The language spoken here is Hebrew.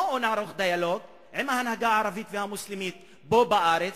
בואו נערוך דיאלוג עם ההנהגה הערבית והמוסלמית פה בארץ.